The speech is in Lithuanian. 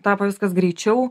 tapo viskas greičiau